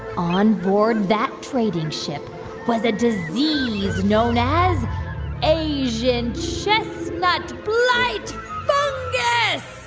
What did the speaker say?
onboard that trading ship was a disease known as asian chestnut blight yeah